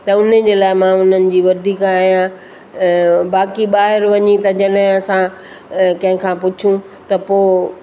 त उन्हनि जे लाइ मां उन्हनि जी वरधीका आहियां बाक़ी ॿाहिनि वञी त जॾहिं असां कंहिं खां पुछूं त पोइ